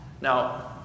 Now